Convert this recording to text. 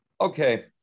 Okay